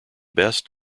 best